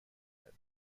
کرده